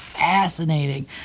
fascinating